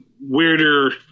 weirder